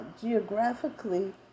Geographically